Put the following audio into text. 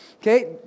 Okay